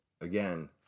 again